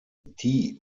die